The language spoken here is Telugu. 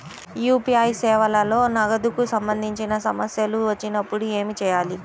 యూ.పీ.ఐ సేవలలో నగదుకు సంబంధించిన సమస్యలు వచ్చినప్పుడు ఏమి చేయాలి?